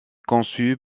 conçu